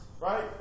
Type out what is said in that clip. Right